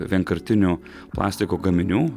vienkartinių plastiko gaminių